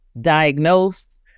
diagnose